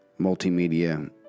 Multimedia